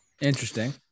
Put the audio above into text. interesting